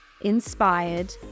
inspired